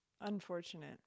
unfortunate